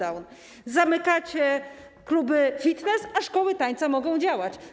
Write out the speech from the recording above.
Zamykacie kluby fitness, a szkoły tańca mogą działać.